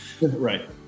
Right